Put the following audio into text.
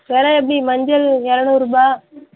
வில எப்படி மஞ்சள் இரநூறுபா